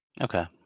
Okay